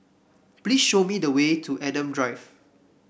please show me the way to Adam Drive